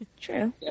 true